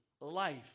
life